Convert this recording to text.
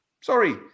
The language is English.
Sorry